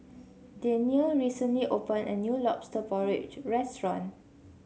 Daniele recently opened a new lobster porridge restaurant